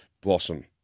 blossom